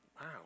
wow